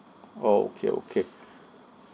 orh okay okay